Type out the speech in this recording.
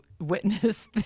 witness